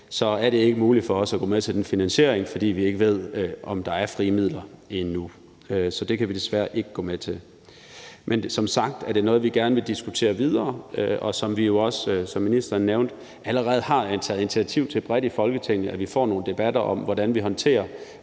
er det ikke muligt for os at gå med til den finansiering, fordi vi endnu ikke ved, om der er frie midler. Så det kan vi desværre ikke gå med til. Men som sagt er det noget, vi gerne vil diskutere videre, og som ministeren nævnte, har vi allerede bredt i Folketinget taget initiativ til, at vi får nogle debatter om, hvordan vi håndterer